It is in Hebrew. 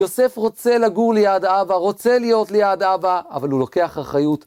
יוסף רוצה לגור ליד אבא, רוצה להיות ליד אבא, אבל הוא לוקח אחריות.